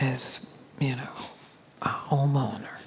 as you know a homeowner